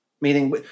Meaning